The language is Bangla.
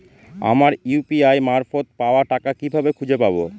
আমার ইউ.পি.আই মারফত পাওয়া টাকা কিভাবে খুঁজে পাব?